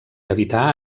habitar